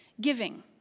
Giving